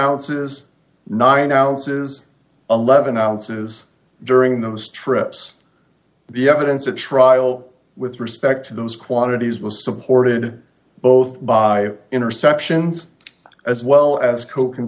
ounces nine ounces eleven ounces during those trips the evidence at trial with respect to those quantities was supported both by interceptions as well as